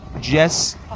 Jess